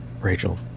Rachel